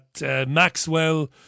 Maxwell